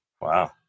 Wow